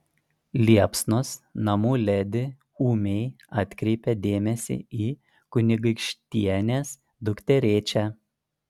liepsnos namų ledi ūmiai atkreipia dėmesį į kunigaikštienės dukterėčią